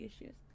issues